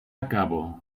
acabo